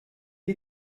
est